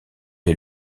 est